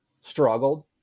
struggled